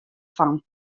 fan